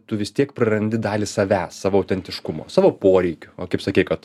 tu vis tiek prarandi dalį savęs savo autentiškumo savo poreikių kaip sakei kad